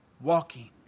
walking